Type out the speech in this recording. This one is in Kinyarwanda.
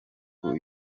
hop